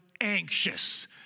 anxious